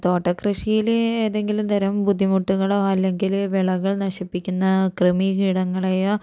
തോട്ട കൃഷിയില് ഏതെങ്കിലും തരം ബുദ്ധിമുട്ടുകളോ അല്ലെങ്കില് വിളകൾ നശിപ്പിക്കുന്ന കൃമി കീടങ്ങളെയോ